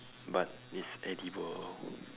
but it's edible